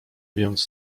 więc